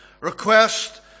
request